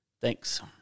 Thanks